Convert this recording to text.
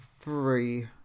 three